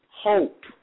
hope